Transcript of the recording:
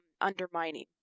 undermining